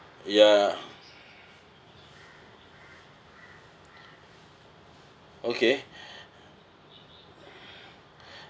ya okay